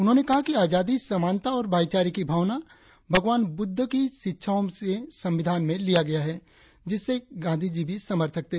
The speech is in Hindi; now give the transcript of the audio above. उन्होंने कहा कि आजादी समानता और भाईचारे की भावना भगवान बुद्धा कि शिक्षाओं से संविधान में लिया गया है जिसके गांधीजी भी समर्थक थे